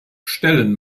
stellen